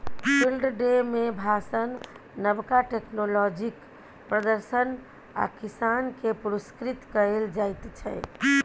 field day मे भाषण, नबका टेक्नोलॉजीक प्रदर्शन आ किसान केँ पुरस्कृत कएल जाइत छै